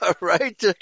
right